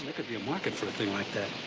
but could be a market for a thing like that.